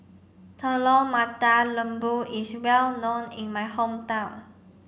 Telur Mata Lembu is well known in my hometown